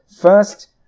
First